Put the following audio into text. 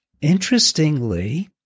interestingly